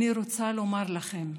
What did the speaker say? אני רוצה לומר לכם: